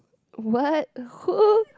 what who